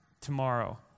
Tomorrow